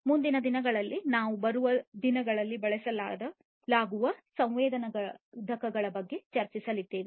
ಮುಂದಿನ ದಿನಗಳಲ್ಲಿ ನಾವು ಬಳಸಲಾಗುವ ಸಂವೇದಕಗಳ ಬಗ್ಗೆ ಚರ್ಚಿಸಲಿದ್ದೇವೆ